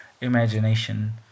imagination